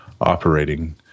operating